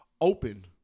open